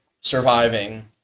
surviving